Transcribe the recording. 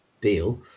deal